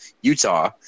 Utah